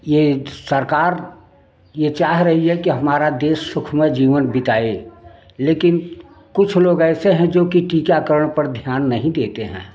ये सरकार यह चाह रही है कि हमारा देश सुखमय जीवन बीताए लेकिन कुछ लोग ऐसे हैं जो कि टीकाकरण पर ध्यान नहीं देते हैं